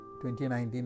2019